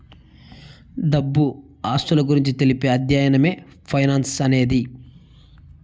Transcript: డబ్బు ఆస్తుల గురించి తెలిపే అధ్యయనమే ఫైనాన్స్ అనేది